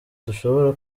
dushobora